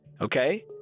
okay